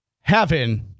heaven